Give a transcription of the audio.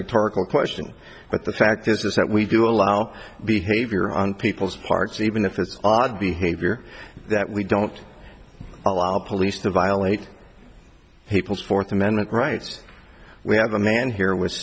rhetorical question but the fact is is that we do allow behavior on people's parts even if it's odd behavior that we don't allow police to violate people's fourth amendment rights we have a man here w